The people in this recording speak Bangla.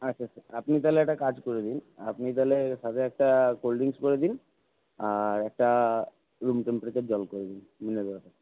আচ্ছা আচ্ছা আপনি তাহলে একটা কাজ করে দিন আপনি তাহলে সাথে একটা কোল্ড ড্রিঙ্কস করে দিন আর একটা রুম টেম্পারেচার জল করে দিন মিনারেল ওয়াটার